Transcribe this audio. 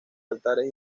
altares